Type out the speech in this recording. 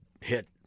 hit